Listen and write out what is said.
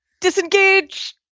disengage